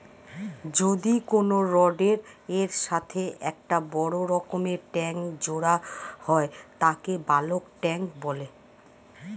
যদি কোনো রডের এর সাথে একটা বড় রকমের ট্যাংক জোড়া হয় তাকে বালক ট্যাঁক বলে